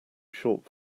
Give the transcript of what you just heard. short